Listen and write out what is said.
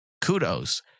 kudos